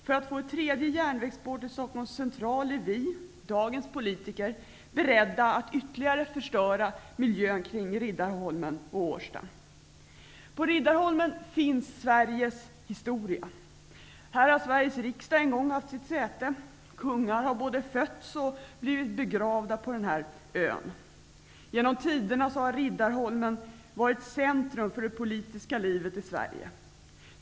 För att få ett tredje järnvägsspår till Stockholms central är vi, dagens politiker, beredda att ytterligare förstöra miljön kring Riddarholmen och Årsta. På Riddarholmen finns Sveriges historia. Här har Sveriges riksdag en gång haft sitt säte. Kungar har både fötts och blivit begravda på denna ö. Genom tiderna har Riddarholmen varit centrum för det politiska livet i Sverige.